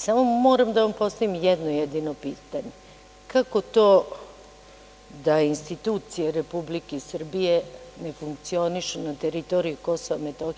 Samo moram da vam postavim jedno jedino pitanje – kako to da institucije Republike Srbije ne funkcionišu na teritoriji KiM, a vi ste ovde?